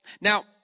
Now